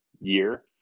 year